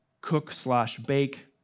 cook-slash-bake